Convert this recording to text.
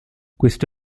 questo